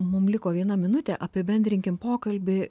mum liko viena minutė apibendrinkim pokalbį